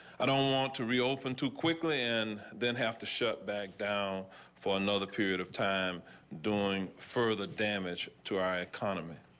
and um want to reopen too quickly and then have to show bag dow for another period of time doing for the damage to our economy.